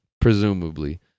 presumably